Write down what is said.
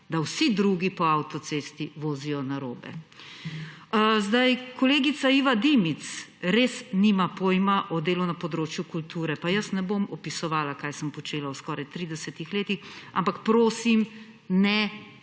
da vsi drugi po avtocesti vozijo narobe. Kolegica Iva Dimic res nima pojma o delu na področju kulture. Pa ne bom opisovala, kaj sem počela v skoraj 30 letih, ampak prosim, ne